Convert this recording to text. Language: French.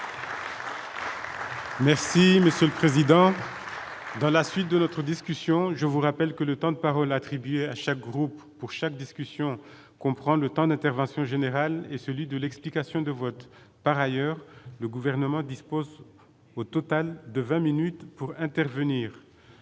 Merci monsieur le président, dans la suite de notre discutent. Donc, je vous rappelle que le temps de parole attribués à chaque groupe pour chaque discussion prend le temps d'intervention générale et celui de l'explication de vote par ailleurs le gouvernement dispose au total de 20 minutes pour intervenir.